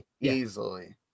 easily